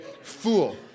Fool